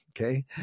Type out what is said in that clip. okay